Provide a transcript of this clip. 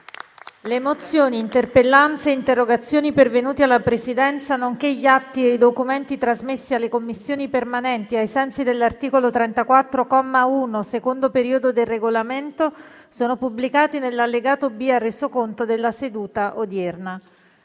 Le mozioni, le interpellanze e le interrogazioni pervenute alla Presidenza, nonché gli atti e i documenti trasmessi alle Commissioni permanenti ai sensi dell'articolo 34, comma 1, secondo periodo, del Regolamento sono pubblicati nell'allegato B al Resoconto della seduta odierna.